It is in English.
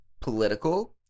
political